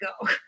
go